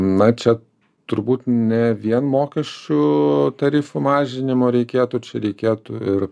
na čia turbūt ne vien mokesčių tarifų mažinimo reikėtų čia reikėtų ir